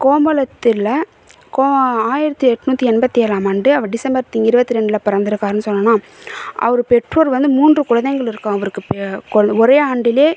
கோமலத்தில் கோ ஆயிரத்து எட்நூற்றி எண்பத்து ஏழாம் ஆண்டு அவர் டிசம்பர் இருபத்தி ரெண்டில் பிறந்திருக்காருன்னு சொன்னேன்னா அவர் பெற்றோர் வந்து மூன்று குழந்தைங்கள் இருக்காம் அவருக்கு பே கொ ஒரே ஆண்டுல